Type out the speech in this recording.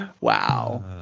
Wow